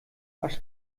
was